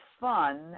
fun